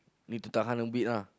need to tahan a bit ah